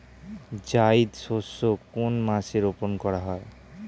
জায়িদ শস্য কোন মাসে রোপণ করা হয়?